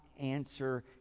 answer